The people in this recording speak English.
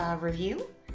review